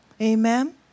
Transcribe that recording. Amen